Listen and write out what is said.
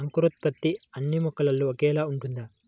అంకురోత్పత్తి అన్నీ మొక్కల్లో ఒకేలా ఉంటుందా?